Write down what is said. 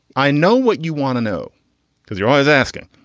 i know what you want to know because you're always asking.